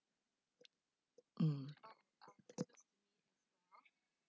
mm